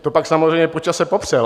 To pak samozřejmě po čase popřel.